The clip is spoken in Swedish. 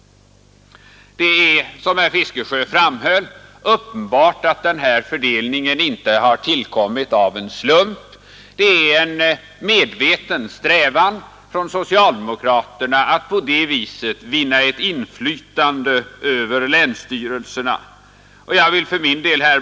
Det är, som herr Fiskesjö framhöll, uppenbart att denna fördelning inte har uppkommit av en slump. Det är en medveten strävan från socialdemokraterna att på det sättet vinna ett inflytande över länsstyrelserna.